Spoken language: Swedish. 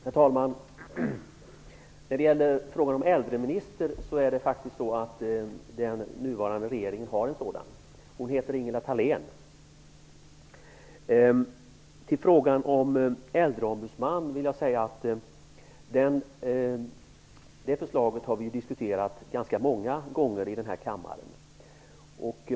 Herr talman! I frågan om äldreminister är det så att den nuvarande regeringen har en sådan. Hon heter Förslaget om en äldreombudsman har vi diskuterat ganska många gånger i den här kammaren.